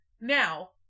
Now